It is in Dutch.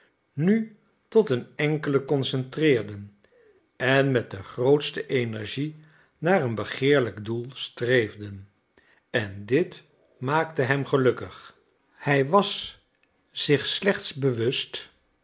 nu tot een enkele concentreerden en met de grootste energie naar een begeerlijk doel streefden en dit maakte hem gelukkig hij was zich slechts bewust